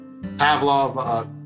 Pavlov